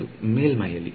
ಹೌದು ಮೇಲ್ಮೈಯಲ್ಲಿ